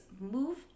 move